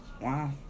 Wow